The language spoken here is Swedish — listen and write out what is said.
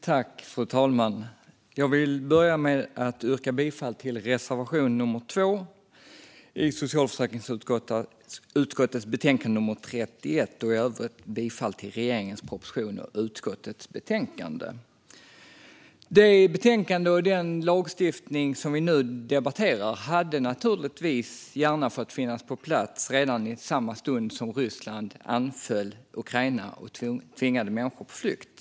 Fru talman! Jag vill börja med att yrka bifall till reservation 2 i socialförsäkringsutskottets betänkande 31 och i övrigt bifall till regeringens proposition och utskottets förslag. Det betänkande och den lagstiftning som vi nu debatterar hade naturligtvis gärna fått finnas på plats redan i samma stund som Ryssland anföll Ukraina och tvingade människor på flykt.